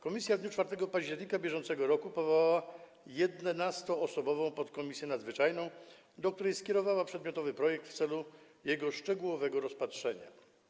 Komisja w dniu 4 października br. powołała 11-osobową podkomisję nadzwyczajną, do której skierowała przedmiotowy projekt w celu jego szczegółowego rozpatrzenia.